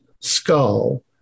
skull